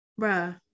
Bruh